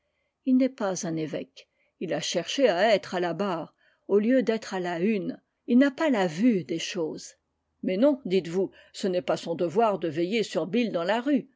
il n'est pas un ëvêque il a cherché à être à la barre au lieu d'être à la hune il n'a pas la vue des choses mais non dites-vous ce n'est pas son devoir de veiller sur bill dans la rue